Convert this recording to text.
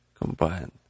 combined